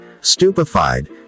stupefied